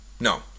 No